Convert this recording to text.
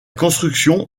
construction